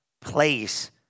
place